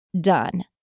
done